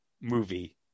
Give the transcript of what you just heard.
movie